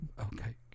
Okay